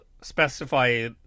specify